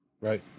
Right